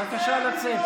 בבקשה לצאת.